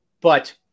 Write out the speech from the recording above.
but-